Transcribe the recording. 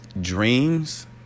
dreams